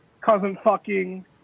cousin-fucking